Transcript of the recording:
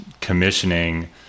commissioning